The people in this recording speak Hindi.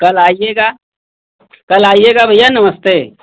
कल आइएगा कल आइएगा भैया नमस्ते